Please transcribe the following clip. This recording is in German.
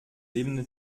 lebende